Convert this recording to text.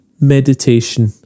meditation